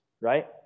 right